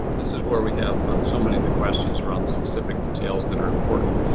this is where we have but so many of the questions around the specific details that are important.